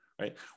right